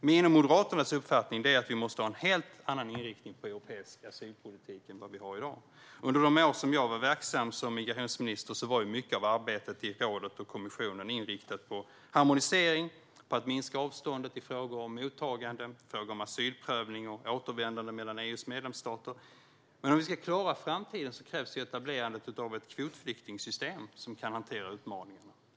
Min och Moderaternas uppfattning är att vi måste ha en helt annan inriktning på europeisk asylpolitik än vad vi har i dag. Under de år som jag var verksam som migrationsminister var mycket av arbetet i rådet och i kommissionen inriktat på harmonisering, på att minska avståndet i frågor om mottagande, asylprövning och återvändande mellan EU:s medlemsstater. Om vi ska klara framtiden och hantera utmaningarna krävs det ett etablerande av ett kvotflyktingsystem.